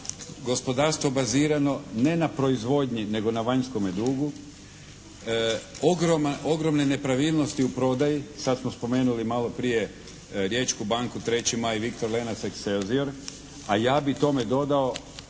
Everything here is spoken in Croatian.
gospodarstvo bazirano ne na proizvodnji, nego na vanjskome dugu, ogromne nepravilnosti u prodaji. Sad smo spomenuli malo prije Riječku banku, Treći maj, Viktor Lenac, Ekselzior, a ja bih tome dodao